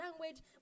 language